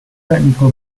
technical